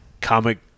comic